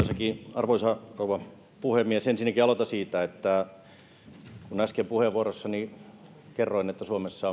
arvoisa rouva puhemies ensinnäkin aloitan siitä että kun äsken puheenvuorossani kerroin että suomessa